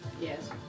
Yes